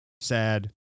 sad